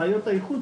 בעיות האיכות,